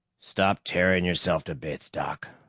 stop tearing yourself to bits, doc.